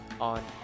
on